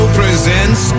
presents